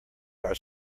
are